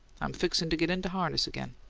i'm fixin' to get into harness again.